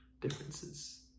Differences